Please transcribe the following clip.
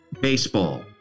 Baseball